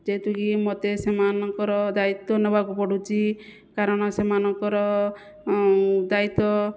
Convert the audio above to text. ଯେହେତୁ କି ମୋତେ ସେମାନଙ୍କର ଦାୟିତ୍ଵ ନେବାକୁ ପଡ଼ୁଛି କାରଣ ସେମାନଙ୍କର ଦାୟିତ୍ଵ